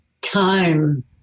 time